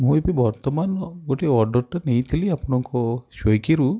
ମୁଁ ଏବେ ବର୍ତ୍ତମାନ ଗୋଟେ ଅର୍ଡ଼ର୍ଟେ ନେଇଥିଲି ଆପଣଙ୍କ ସ୍ୱିଗିରୁ